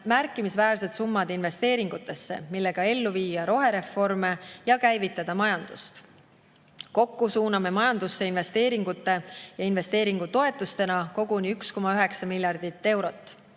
märkimisväärsed summad investeeringutesse, millega ellu viia rohereforme ja käivitada majandust. Kokku suuname majandusse investeeringute ja investeeringutoetustena koguni 1,9 miljardit eurot.